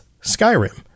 Skyrim